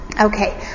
Okay